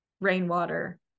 rainwater